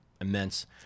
immense